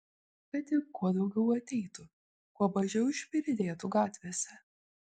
kad tik kuo daugiau ateitų kuo mažiau šmirinėtų gatvėse